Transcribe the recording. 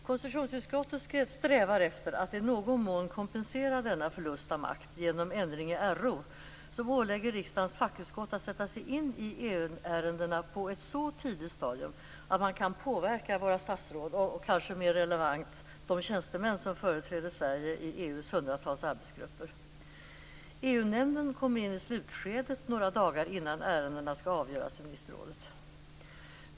Konstitutionsutskottet strävar efter att i någon mån kompensera denna förlust av makt genom ändring i riksdagsordningen, som ålägger riksdagens fackutskott att sätta sig in i EU-ärendena på ett så tidigt stadium att man kan påverka våra statsråd och, kanske mer relevant, de tjänstemän som företräder Sverige i EU-nämnden kommer in i slutskedet, några dagar innan ärendena skall avgöras i ministerrådet.